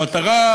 המטרה,